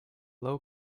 low